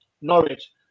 Norwich